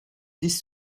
disent